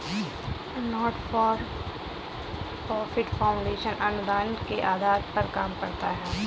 not for profit foundation अनुदान के आधार पर काम करता है